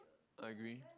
I agree